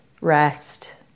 rest